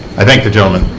i thank the gentleman.